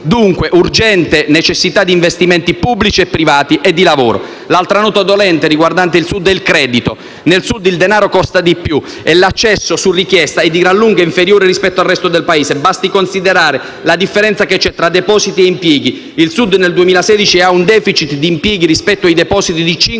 dunque urgente necessità di investimenti pubblici e privati e di lavoro. L'altra nota dolente riguardante il Sud è il credito. Nel Sud il denaro costa di più e l'accesso su richiesta è di gran lunga inferiore rispetto al resto del Paese. Basti considerare la differenza che c'è tra depositi e impieghi: il Sud nel 2016 ha un *deficit* di impieghi rispetto ai depositi di 5